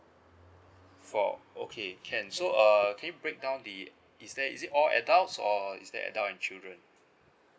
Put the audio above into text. four okay can so err can you break down the is there is it all adults or is there adult and children